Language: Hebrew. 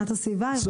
אליי.